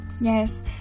Yes